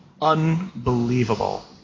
unbelievable